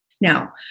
Now